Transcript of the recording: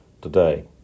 today